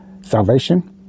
salvation